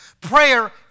Prayer